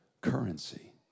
currency